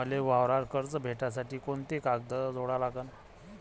मले वावरावर कर्ज भेटासाठी कोंते कागद जोडा लागन?